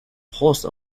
horse